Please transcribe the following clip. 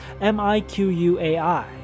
M-I-Q-U-A-I